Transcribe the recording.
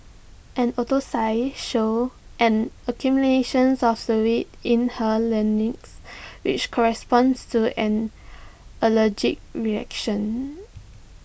an autopsy showed an accumulation of fluid in her larynx which corresponds to an allergic reaction